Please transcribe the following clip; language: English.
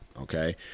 Okay